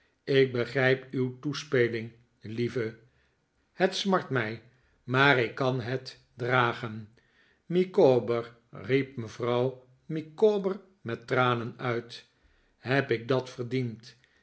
ik begrijp uw toespeling lieve het smart mij maar ik kan het dragen micawber riep mevrouw micawber met tranen uit heb ik dat verdiend